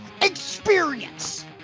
experience